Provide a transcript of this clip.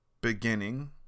beginning